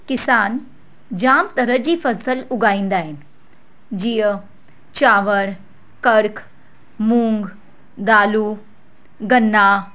किसान जाम तरह जी फ़सल उगाईंदा आहिनि जीअं चावर कणिक मूंग दालूं गन्ना